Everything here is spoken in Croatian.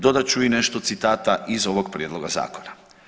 Dodat ću i nešto citata iz ovog prijedloga zakona.